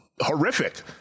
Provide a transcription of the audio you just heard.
horrific